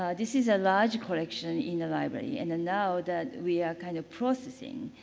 this is a large collection in a library. and now that we are kind of processing.